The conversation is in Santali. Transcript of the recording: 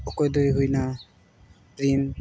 ᱚᱠᱚᱭ ᱫᱚᱭ ᱦᱩᱭᱱᱟ